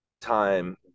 time